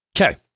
okay